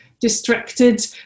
distracted